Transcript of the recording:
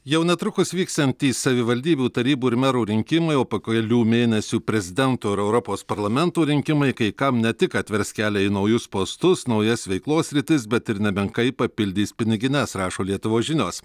jau netrukus vyksiantys savivaldybių tarybų ir merų rinkimai o po kelių mėnesių prezidento ir europos parlamentų rinkimai kai kam ne tik atvers kelią į naujus postus naujas veiklos sritis bet ir nemenkai papildys pinigines rašo lietuvos žinios